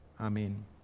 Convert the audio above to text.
Amen